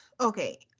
okay